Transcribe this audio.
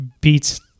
beats